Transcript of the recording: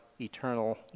eternal